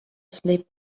sleep